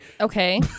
Okay